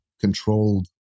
controlled